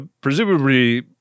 presumably